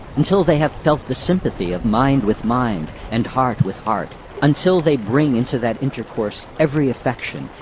until they have felt the sympathy of mind with mind, and heart with heart until they bring into that intercourse every affection,